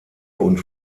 und